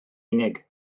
unig